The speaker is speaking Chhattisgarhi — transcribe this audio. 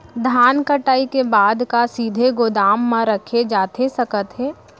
धान कटाई के बाद का सीधे गोदाम मा रखे जाथे सकत हे?